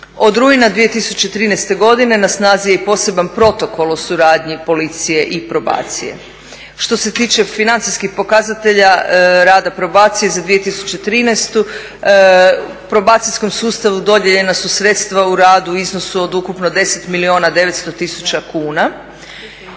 Od rujna 2013. godine na snazi je i poseban protokol o suradnji policije i probacije. Što se tiče financijskih pokazatelja rada probacije za 2013. probacijskom sustavu dodijeljena su sredstva u radu u iznosu od ukupno 10 milijuna 900 tisuća kuna.